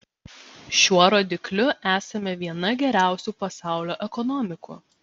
šiuo rodikliu esame viena geriausių pasaulio ekonomikų